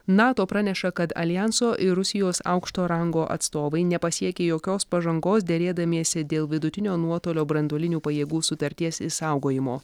nato praneša kad aljanso ir rusijos aukšto rango atstovai nepasiekė jokios pažangos derėdamiesi dėl vidutinio nuotolio branduolinių pajėgų sutarties išsaugojimo